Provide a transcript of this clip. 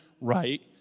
right